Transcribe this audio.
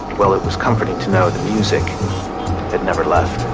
well, it was comforting to know the music that never left